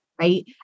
right